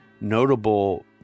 notable